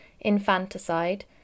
infanticide